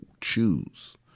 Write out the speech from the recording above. choose